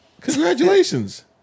Congratulations